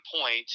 point—